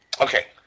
okay